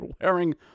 wearing